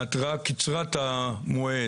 ההתראה קצרה את המועד.